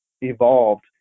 evolved